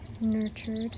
nurtured